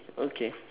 okay